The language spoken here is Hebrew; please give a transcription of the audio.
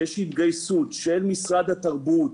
כשיש התגייסות של משרד התרבות,